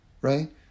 Right